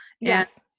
yes